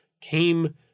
came